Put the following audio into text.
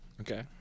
okay